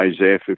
Isaiah